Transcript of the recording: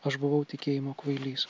aš buvau tikėjimo kvailys